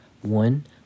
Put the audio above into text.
one